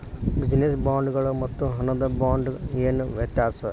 Business ಬಾಂಡ್ಗಳ್ ಮತ್ತು ಹಣದ ಬಾಂಡ್ಗ ಏನ್ ವ್ಯತಾಸದ?